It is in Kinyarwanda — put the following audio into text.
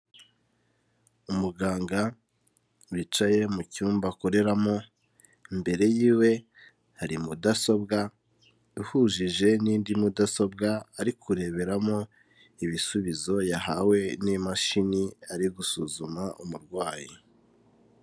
Umuganga wicaye mu cyumba akoreramo, imbere yiwe hari mudasobwa ihujije n'indi mudasobwa ari kureberamo ibisubizo yahawe n'imashini ari gusuzuma umurwayi.